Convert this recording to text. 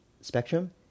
spectrum